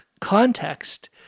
context